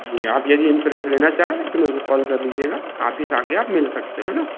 जी आप यदि इंस्योरेंस लेना चाहें तो मेरे को कॉल कर दीजिएगा आफिस आ कर आप मिल सकते हो है न